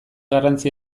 garrantzi